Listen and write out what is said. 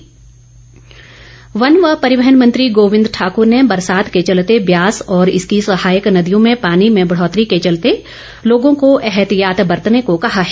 गोविंद ठाकुर वन व परिवहन मंत्री गोविंद ठाकुर ने बरसात के चलते ब्यास और इसकी सहायक नदियों में पानी में बढौतरी के चलते लोगों को एहतियात बरतने को कहा है